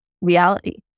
reality